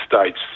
states